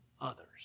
others